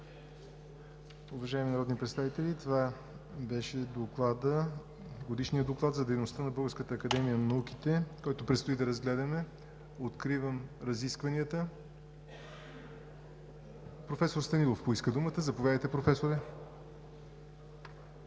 Уважаеми народни представители, това беше Годишният доклад за дейността на Българската академия на науките, който предстои да разгледаме. Откривам разискванията. Професор Станилов поиска думата. Имате думата,